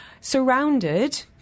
Surrounded